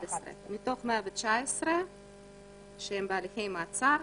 11. מתוך 119 שהם בהליכי מעצר,